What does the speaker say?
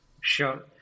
Sure